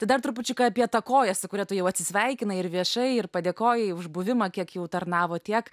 tai dar trupučiuką apie tą koją su kuria tu jau atsisveikinai ir viešai ir padėkojai už buvimą kiek jau tarnavo tiek